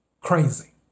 crazy